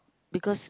because